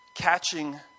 catching